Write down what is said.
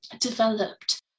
developed